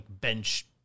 bench